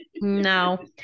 no